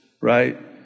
right